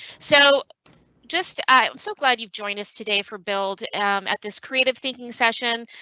so just i'm so glad you joined us today for build at this creative thinking session.